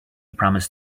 promised